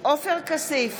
עופר כסיף,